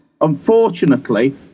unfortunately